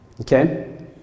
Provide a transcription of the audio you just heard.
okay